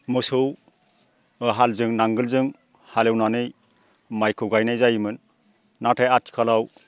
मोसौ हालजों नांगोलजों हालएवनानै माइखौ गायनाय जायोमोन नाथाय आथिखालाव